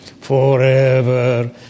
forever